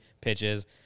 pitches